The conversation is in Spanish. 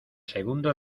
segundo